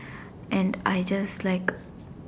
and I just like